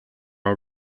are